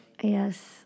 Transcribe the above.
Yes